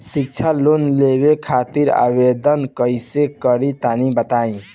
शिक्षा लोन लेवे खातिर आवेदन कइसे करि तनि बताई?